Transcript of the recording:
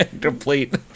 complete